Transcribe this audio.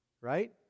right